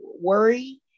worry